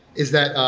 is that i